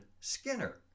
Skinner